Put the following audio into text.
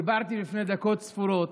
דיברתי לפני דקות ספורות